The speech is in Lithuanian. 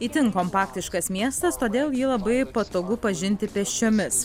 itin kompaktiškas miestas todėl jį labai patogu pažinti pėsčiomis